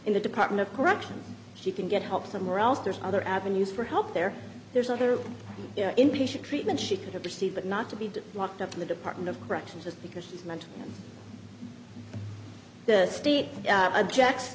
in the department of corrections she can get help somewhere else there are other avenues for help there there's other inpatient treatment she could have received but not to be locked up in the department of corrections just because she's meant the state objects